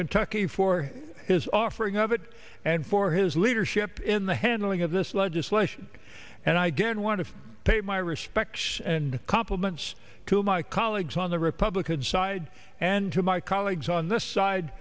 kentucky for his offering of it and for his leadership in the handling of this legislation and i get and want to pay my respects and compliments to my colleagues on the republican side and to my colleagues on this side